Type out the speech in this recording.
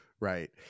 Right